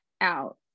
out